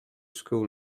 school